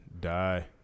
die